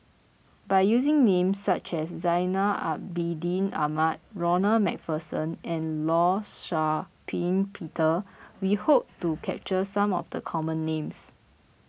by using names such as Zainal Abidin Ahmad Ronald MacPherson and Law Shau Ping Peter we hope to capture some of the common names